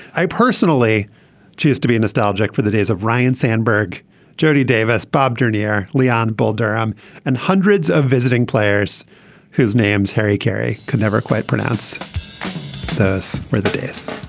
i personally choose to be nostalgic for the days of ryan sandberg jody davis bob junior leon bull durham and hundreds of visiting players whose names harry carey can never quite pronounce this or the death